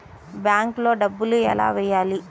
బ్యాంక్లో డబ్బులు ఎలా వెయ్యాలి?